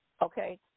Okay